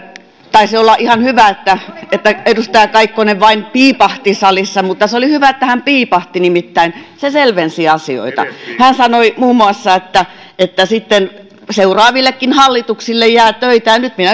taisi olla ihan hyvä että että edustaja kaikkonen vain piipahti salissa mutta se oli hyvä että hän piipahti nimittäin se selvensi asioita hän sanoi muun muassa että että sitten seuraavillekin hallituksille jää töitä ja nyt minä